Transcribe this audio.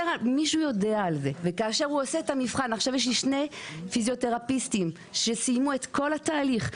יש לי עכשיו שני פיזיותרפיסטים שסיימו את כל התהליך.